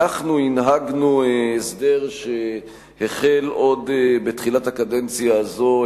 אנחנו הנהגנו הסדר שהחל עוד בתחילת הקדנציה הזאת,